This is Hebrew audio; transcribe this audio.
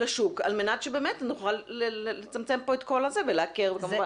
לשוק על מנת שבאמת נוכל לצמצם פה את כל ה- -- ולעקר ולסרס.